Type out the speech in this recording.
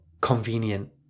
convenient